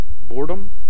boredom